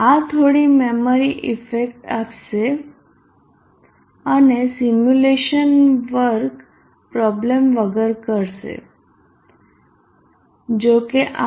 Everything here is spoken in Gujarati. આ થોડી મેમરી ઈફેક્ટ આપશે અને સિમ્યુલેશન વર્ક પ્રોબ્લેમ્સ વગર કરશે